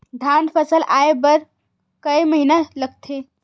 धान फसल आय बर कय महिना लगथे?